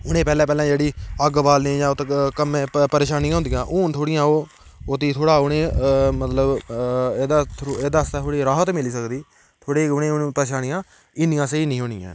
उ'नें पैह्लें पैह्लें जेह्ड़ी अग्ग बालनी जां उत्त कम्मै परेशानियां होंदियां हून थोह्ड़ियां ओह् ओह् थोह्ड़ा उ'नेंगी मतलब एह्दा एह्दे आस्तै थोह्ड़ी राहत मिली सकदी थोह्ड़ी उ'नेंगी हून परेशानियां इन्नियां सेही नेईं होनियां ऐ